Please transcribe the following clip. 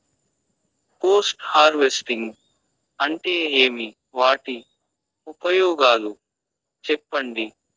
Post harvesting అంటే ఏమి? వాటి ఉపయోగాలు చెప్పండి?